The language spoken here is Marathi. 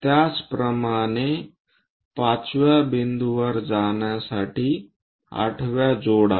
त्याचप्रमाणे 5 व्या बिंदूवर जाण्यासाठी 8 व्या जोडा